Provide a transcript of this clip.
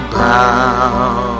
bow